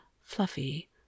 fluffy